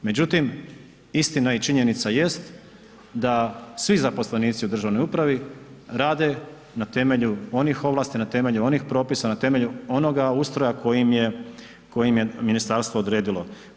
Međutim, istina i činjenica jest da svi zaposlenici u državnoj upravi rade na temelju onih ovlasti, na temelju onih propisa, na temelju onoga ustroja koji im je ministarstvo odredilo.